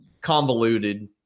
convoluted